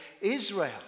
Israel